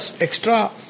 extra